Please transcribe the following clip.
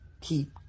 keep